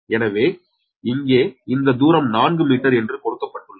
எனவே இங்கே இந்த தூரம் 4 மீட்டர் என்று கொடுக்கப்பட்டுள்ளது